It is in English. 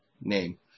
name